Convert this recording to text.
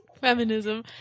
Feminism